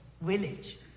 village